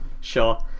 sure